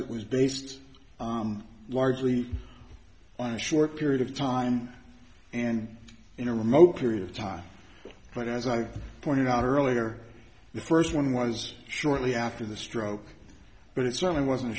it was based on largely on a short period of time and in a remote period of time but as i pointed out earlier the first one was shortly after the stroke but it certainly wasn't a